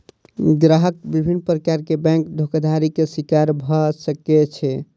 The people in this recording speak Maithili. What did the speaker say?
ग्राहक विभिन्न प्रकार के बैंक धोखाधड़ी के शिकार भअ सकै छै